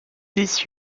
this